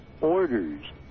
orders